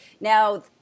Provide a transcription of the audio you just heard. Now